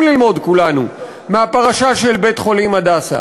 ללמוד כולנו מהפרשה של בית-חולים "הדסה".